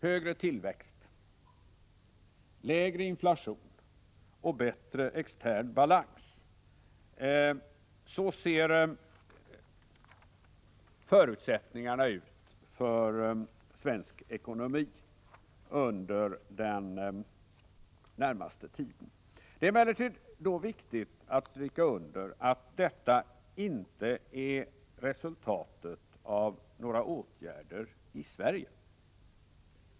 Högre tillväxt, lägre inflation och bättre extern balans — så ser förutsättningarna ut för svensk ekonomi under den närmaste tiden. Det är emellertid då viktigt att stryka under att detta inte är resultatet av några åtgärder i Sverige.